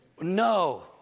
No